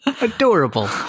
adorable